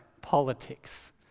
Politics